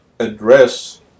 address